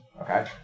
Okay